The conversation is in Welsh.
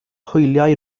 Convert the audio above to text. hwyliau